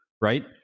right